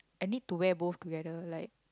I need to wear both together like